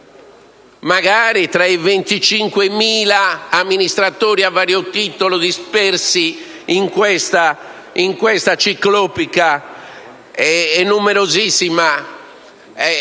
magari - tra i 25.000 amministratori a vario titolo dispersi in questo ciclopico e numerosissimo